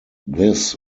this